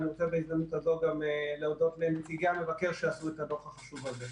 אני רוצה בהזדמנות הזאת גם להודות לנציגי המבקר שעשו את הדוח החשוב הזה.